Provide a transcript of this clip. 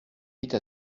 vite